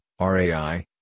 RAI